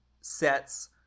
sets